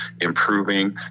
improving